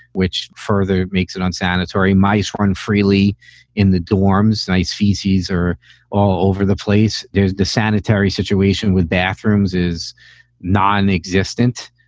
which further makes it unsanitary. mice run freely in the dorms. nice feces are all over the place. there's the sanitary situation with bathrooms is nonexistent.